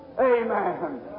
Amen